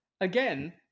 Again